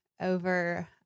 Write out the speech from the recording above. over